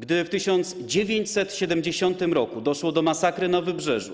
Gdy w 1970 r. doszło do masakry na Wybrzeżu,